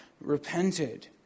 repented